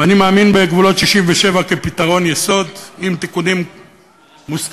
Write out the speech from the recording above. ואני מאמין בגבולות 67' כפתרון יסוד עם תיקונים מוסכמים.